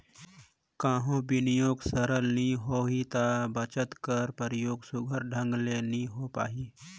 कहों बिनियोग सरलग नी होही ता बचत कर परयोग सुग्घर ढंग ले नी होए पाही